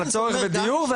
על הצורך בדיור,